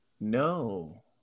No